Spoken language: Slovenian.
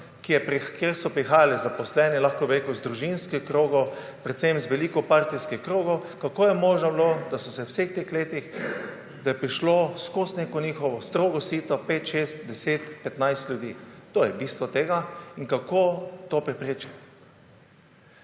kjer so prihajali zaposleni lahko bi rekel iz družinskih krogov, predvsem iz velikopartijskih krogov, kako je bilo možno, da je v vseh letih prišlo skozi neko njihovo strogo sito 5, 6, 10, 15 ljudi. To je bistvo tega in kako to preprečiti.